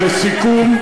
ולסיכום,